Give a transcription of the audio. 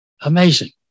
Amazing